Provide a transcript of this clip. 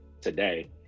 today